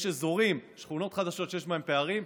יש אזורים, שכונות חדשות שיש בהן פערים.